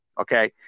Okay